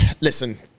listen